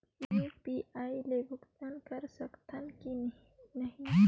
UPI ले भुगतान करे सकथन कि नहीं?